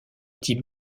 type